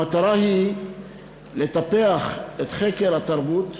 המטרה היא לטפח את חקר התרבות,